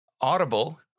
Audible